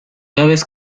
llaves